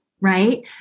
right